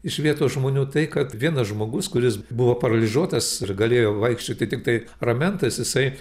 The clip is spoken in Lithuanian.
iš vietos žmonių tai kad vienas žmogus kuris buvo paralyžiuotas ir galėjo vaikščioti tiktai ramentais jisai